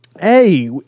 Hey